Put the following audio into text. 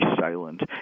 silent